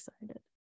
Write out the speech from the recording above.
excited